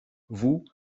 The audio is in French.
vous